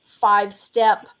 five-step